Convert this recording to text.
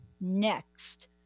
next